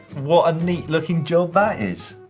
what a neat looking job that is.